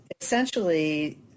essentially